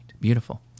Beautiful